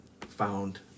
found